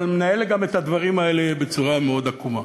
אבל מנהל גם את הדברים האלה בצורה מאוד עקומה.